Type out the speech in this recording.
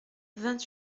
vingt